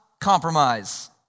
compromise